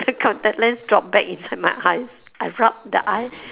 the contact lens drop back inside my eye I rub the eye